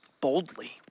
boldly